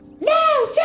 no